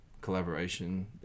collaboration